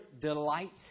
delights